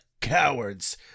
cowards